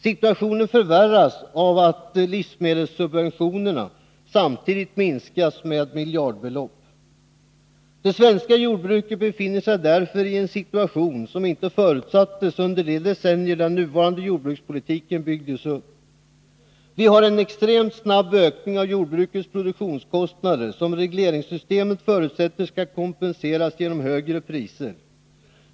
Situationen förvärras av att livsmedelssubventionerna samtidigt minskas med miljardbelopp. Det svenska jordbruket befinner sig därför i en situation som inte förutsågs under de decennier den nuvarande jordbrukspolitiken byggdes upp. Vi har en extremt snabb ökning av jordbrukets produktionskostnader, som regleringssystemet förutsätter skall kompenseras genom högre priser.